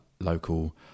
local